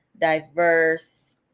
diverse